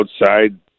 outside